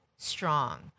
Strong